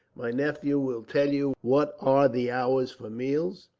my nephew will tell you what are the hours for meals.